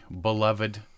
beloved